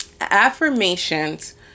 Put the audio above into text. affirmations